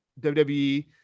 WWE